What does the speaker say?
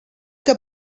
que